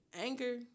anger